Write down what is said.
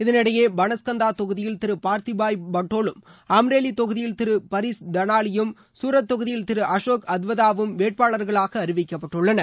இதனிடையேபனஸ்கந்தாதொகுதியில் திருபார்த்திபாய் பட்டோலும் அம்ரேலிதொகுதியில் திருபரிஷ் தனாலியும் தொகுதியில் திருஅஷோக் அத்வதாவும் சூரத் வேட்பாளர்களாகஅறிவிக்கப்பட்டுள்ளனர்